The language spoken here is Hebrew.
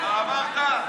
אמרת?